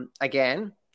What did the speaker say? again